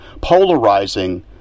polarizing